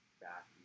back